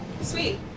Sweet